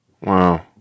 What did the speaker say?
Wow